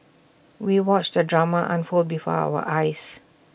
we watched the drama unfold before our eyes